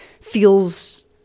feels